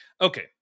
Okay